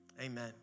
amen